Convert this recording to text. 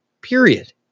period